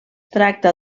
tracta